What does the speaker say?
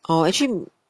oh actually